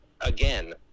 again